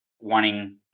wanting